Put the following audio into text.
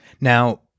Now